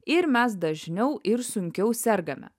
ir mes dažniau ir sunkiau sergame